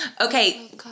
okay